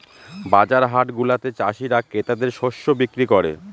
বাজার হাটগুলাতে চাষীরা ক্রেতাদের শস্য বিক্রি করে